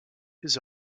his